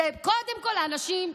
זה קודם כול האנשים,